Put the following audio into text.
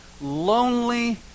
lonely